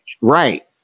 Right